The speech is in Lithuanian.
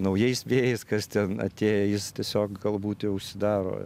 naujais vėjais kas ten atėję jis tiesiog galbūt jau užsidaro